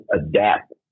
adapt